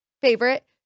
favorite